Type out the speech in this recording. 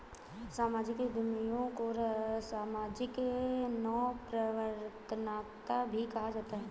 सामाजिक उद्यमियों को सामाजिक नवप्रवर्तनकर्त्ता भी कहा जाता है